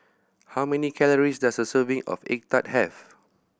how many calories does a serving of egg tart have